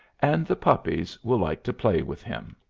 and the puppies will like to play with him.